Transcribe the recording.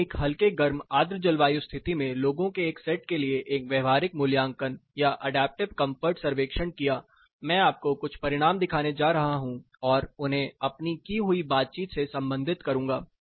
हमने एक हल्के गर्म आर्द्र जलवायु स्थिति में लोगों के एक सेट के लिए एक व्यक्तिपरक मूल्यांकन या अडैप्टिव कंफर्ट सर्वेक्षण किया मैं आपको कुछ परिणाम दिखाने जा रहा हूं और उन्हें अपनी की हुई बातचीत से संबंधित करूंगा